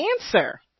Answer